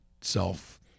self